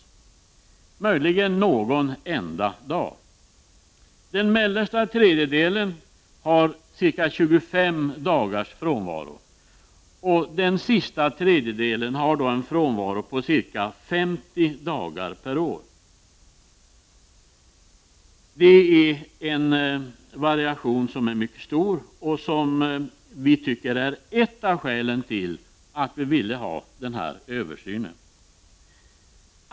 Det rör sig om någon enda dag per år. Den andra tredjedelen har ca 25 dagars frånvaro och den sista tredjedelen har en frånvaro på ca 50 dagar per år. Det är således en mycket stor variation i frånvaron, och det är ett av skälen till att vi vill ha en översyn.